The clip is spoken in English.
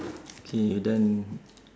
K you're done